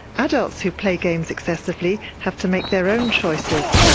adults who play games excessively have to make their own choices.